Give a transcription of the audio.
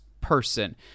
person